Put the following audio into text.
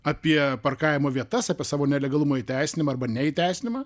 apie parkavimo vietas apie savo nelegalumo įteisinimą arba neįteisinimą